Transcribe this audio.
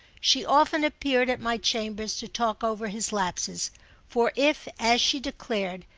she often appeared at my chambers to talk over his lapses for if, as she declared,